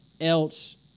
else